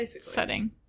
setting